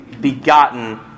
begotten